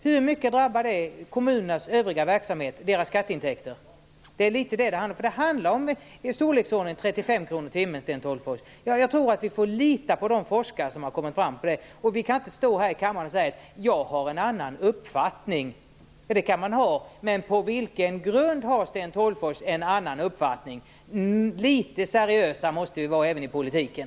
Hur mycket drabbar det kommunernas skatteintäkter och deras övriga verksamhet? Det är litet av detta som det handlar om. Det handlar om i storleksordningen 35 kr i timmen, Sten Tolgfors. Jag tror att vi får lita på de forskare som har kommit fram till det. Vi kan inte stå här i kammaren och säga: Jag har en annan uppfattning. Det kan man ha. Men på vilken grund har Sten Tolgfors en annan uppfattning? Litet seriösa måste vi vara även i politiken.